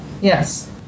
Yes